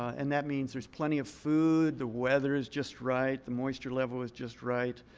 and that means there's plenty of food. the weather is just right. the moisture level is just right.